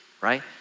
right